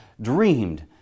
dreamed